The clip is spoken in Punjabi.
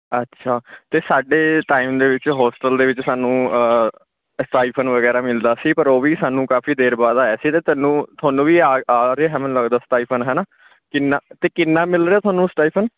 ਅੱਛਾ ਅਤੇ ਸਾਡੇ ਟਾਈਮ ਦੇ ਵਿੱਚ ਹੋਸਟਲ ਦੇ ਵਿੱਚ ਸਾਨੂੰ ਸਟਾਈਫਨ ਵਗੈਰਾ ਮਿਲਦਾ ਸੀ ਪਰ ਉਹ ਵੀ ਸਾਨੂੰ ਕਾਫੀ ਦੇਰ ਬਾਅਦ ਆਇਆ ਸੀ ਅਤੇ ਤੈਨੂੰ ਤੁਹਾਨੂੰ ਵੀ ਆ ਆ ਰਿਹਾ ਮੈਨੂੰ ਲੱਗਦਾ ਸਟਾਈਫਨ ਹੈ ਨਾ ਕਿੰਨਾ ਤੇ ਕਿੰਨਾ ਮਿਲ ਰਿਹਾ ਤੁਹਾਨੂੰ ਸਟਾਈਫਨ